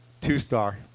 two-star